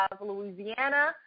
Louisiana